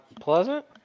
Pleasant